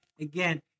again